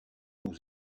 aux